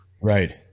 right